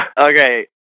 Okay